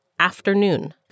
Afternoon